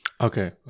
Okay